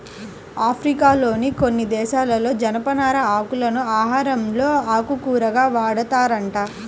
ఆఫ్రికాలోని కొన్ని దేశాలలో జనపనార ఆకులను ఆహారంలో ఆకుకూరగా వాడతారంట